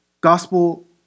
gospel